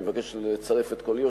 אני מבקש לצרף את קולי,